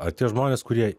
ar tie žmonės kurie